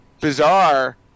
Bizarre